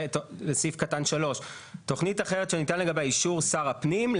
סעיף קטן (3) תוכנית אחרת שמניתן לגביה אישור שר הפנים,